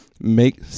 make